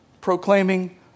proclaiming